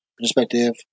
Perspective